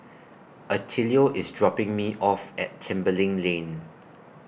Attilio IS dropping Me off At Tembeling Lane